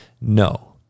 No